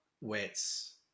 wets